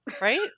right